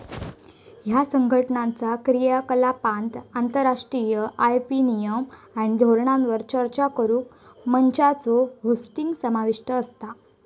ह्या संघटनाचा क्रियाकलापांत आंतरराष्ट्रीय आय.पी नियम आणि धोरणांवर चर्चा करुक मंचांचो होस्टिंग समाविष्ट असता